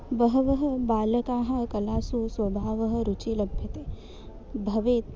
बहवः बालकाः कलासु स्वभावः रुचिः लभ्यते भवेत्